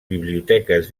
biblioteques